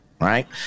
right